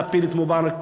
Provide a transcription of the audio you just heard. להפיל את מובארק,